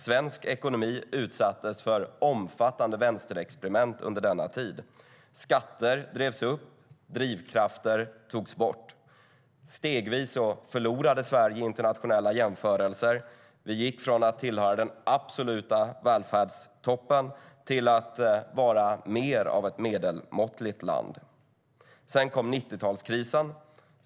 Svensk ekonomi utsattes för omfattande vänsterexperiment under denna tid. Skatter drevs upp. Drivkrafter togs bort. Stegvis förlorade Sverige i internationella jämförelser. Vi gick från att tillhöra den absoluta välfärdstoppen till att vara mer av ett medelmåttigt land. Sedan kom 90-talskrisen.